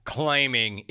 claiming